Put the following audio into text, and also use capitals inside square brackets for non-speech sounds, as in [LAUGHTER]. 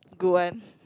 good one [LAUGHS]